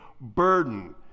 burden